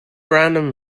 random